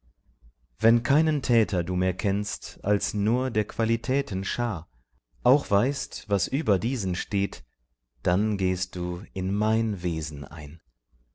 wenn keinen täter du mehr kennst als nur der qualitäten schar auch weißt was über diesen steht dann gehst du in mein wesen ein